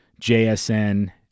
JSN